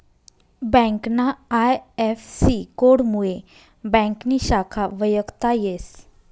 ब्यांकना आय.एफ.सी.कोडमुये ब्यांकनी शाखा वयखता येस